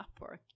Upwork